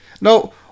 No